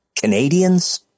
Canadians